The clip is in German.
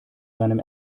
seinem